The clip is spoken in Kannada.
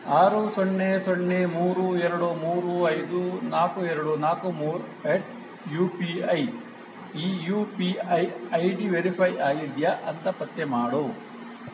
ಆರು ಸೊನ್ನೆ ಸೊನ್ನೆ ಮೂರು ಎರಡು ಮೂರು ಐದು ನಾಲ್ಕು ಎರಡು ನಾಲ್ಕು ಮೂರು ಎಟ್ ಯು ಪಿ ಐ ಈ U P I I D verify ಆಗಿದೆಯಾ ಅಂತ ಪತ್ತೆ ಮಾಡು